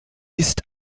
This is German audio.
ist